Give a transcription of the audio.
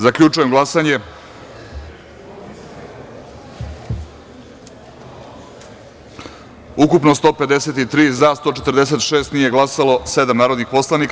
Zaključujem glasanje: ukupno 153, za – 146, nije glasalo – sedam narodnih poslanika.